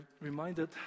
reminded